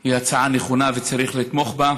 היא הצעה נכונה, וצריך לתמוך בה.